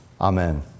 Amen